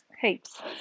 Heaps